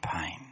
pain